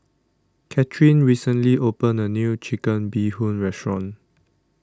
Cathryn recently opened a new Chicken Bee Hoon Restaurant